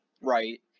right